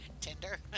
Tinder